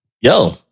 yo